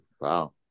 wow